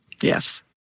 Yes